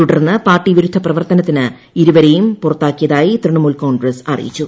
തുടർന്ന് പാർട്ടി വിരുദ്ധ പ്രവർത്തനത്തിന് ഇരുവരേയും പുറത്താക്കിയതായി തൃണമൂൽ കോൺഗ്രസ്സ് അറിയിച്ചു